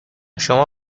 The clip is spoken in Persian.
شما